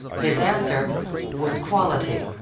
his answer was quality.